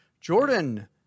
Jordan